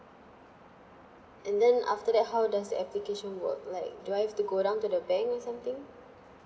and then after that how does the application work like do I have to go down to the bank or something